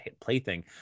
plaything